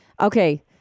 Okay